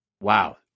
Wow